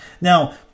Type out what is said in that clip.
Now